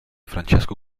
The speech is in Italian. francesco